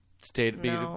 stayed